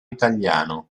italiano